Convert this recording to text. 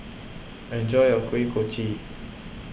enjoy your Kuih Kochi